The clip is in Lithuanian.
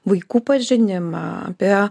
vaikų pažinimą apie